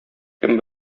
кем